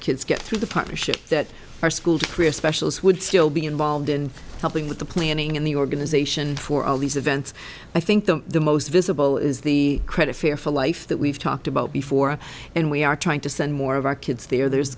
kids get through the partnership that our school specials would still be involved in helping with the planning and the organization for all these events i think that the most visible is the credit fair for life that we've talked about before and we are trying to send more of our kids there there's